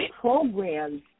programs